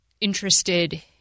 interested